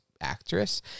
actress